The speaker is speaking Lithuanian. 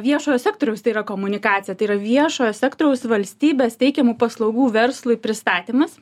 viešojo sektoriaus tai yra komunikacija tai yra viešojo sektoriaus valstybės teikiamų paslaugų verslui pristatymas